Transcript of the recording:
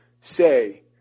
say